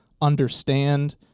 understand